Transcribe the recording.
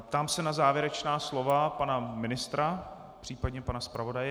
Ptám se na závěrečná slova pana ministra, případně pana zpravodaje.